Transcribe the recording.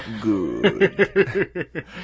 Good